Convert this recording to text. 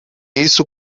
isso